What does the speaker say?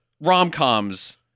rom-coms